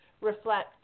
reflect